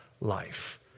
life